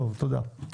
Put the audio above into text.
תודה.